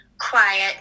quiet